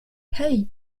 hey